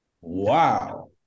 wow